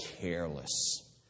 careless